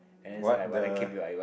what the